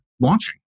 launching